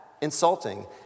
insulting